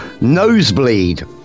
Nosebleed